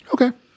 Okay